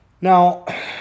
Now